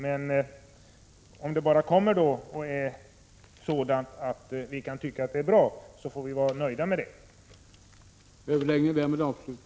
Men om det bara kommer och är sådant att vi kan tycka det är bra, får vi vara nöjda med det.